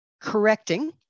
correcting